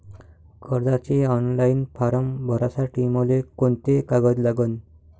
कर्जाचे online form भरासाठी मले कोंते कागद लागन?